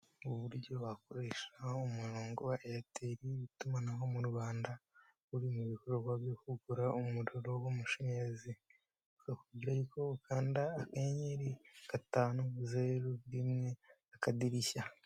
Uburyo wakoresha umurongo wa airtel w'itumanaho mu Rwanda, uri mu bikorwa byo kugura umuriro w'amashanyarazi kuburyo ukanda "akanyenyeri gatanu zeru rimwe akadirishya".